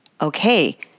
Okay